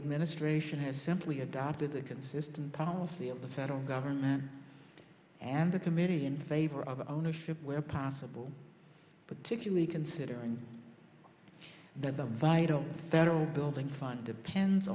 administration has simply adopted the consistent policy of the federal government and the committee in favor of ownership where possible particularly considering that the vital that all building fund depends